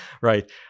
right